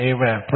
Amen